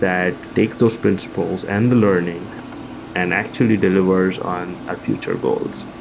that take those principles and the learnings and actually delivers on our future goals.